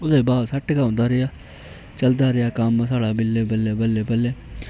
ओह्दे बाद सैट गै होंदा रेहा चलदा रेहा कम्म साढ़ा बल्ले बल्ले बल्ले बल्ले